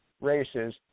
races